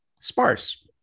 sparse